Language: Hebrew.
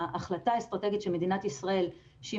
ההחלטה האסטרטגית של מדינת ישראל שהיא